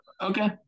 Okay